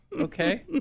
Okay